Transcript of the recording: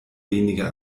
weniger